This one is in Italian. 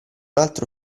altro